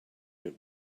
that